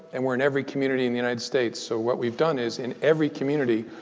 and we're in every community in the united states. so what we've done is, in every community,